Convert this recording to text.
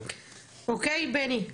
אוקי בני?